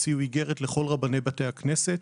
איגרת לכל רבני בתי הכנסת